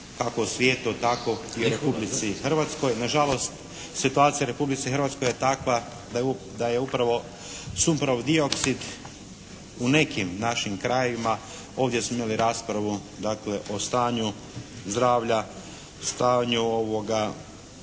kako u svijetu tako i u Republici Hrvatskoj. Na žalost, situacija u Republici Hrvatskoj je takva da je upravo sumporov dioksid u nekim našim krajevima, ovdje smo imali raspravu dakle o stanju zdravlja, stanju zraka